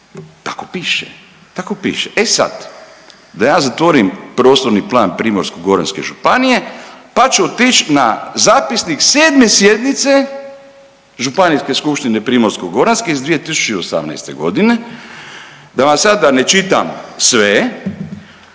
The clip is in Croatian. Tako piše, tako piše. E sad, da ja zatvorim Prostorni plan Primorsko-goranske županije pa ću otići na zapisnik 7. sjednice Županijske skupštine Primorsko-goranske iz 2018. godine, da vam sada ne čitam sve,